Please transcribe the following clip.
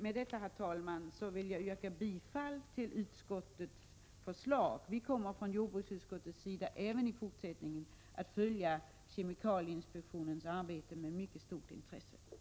Med detta, herr talman, vill jag yrka bifall till utskottets förslag. Vi kommer från jordbruksutskottets sida även i fortsättningen att följa kemikalieinspektionens arbete med mycket stort intresse.